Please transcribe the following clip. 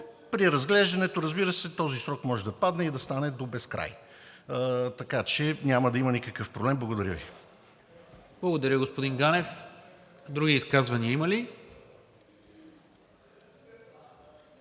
при разглеждането, разбира се, този срок може да падне и да стане до безкрай, така че няма да има никакъв проблем. Благодаря Ви. ПРЕДСЕДАТЕЛ НИКОЛА МИНЧЕВ: Благодаря, господин Ганев. Други изказвания има ли?